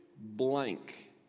blank